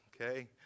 okay